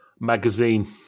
magazine